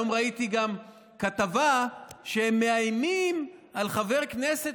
היום ראיתי גם כתבה שהם מאיימים על חבר כנסת